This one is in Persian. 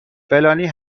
فلانی